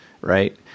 right